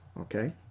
okay